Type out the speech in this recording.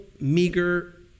meager